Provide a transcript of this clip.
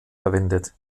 verwendet